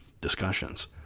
discussions